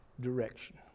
direction